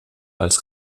als